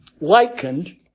likened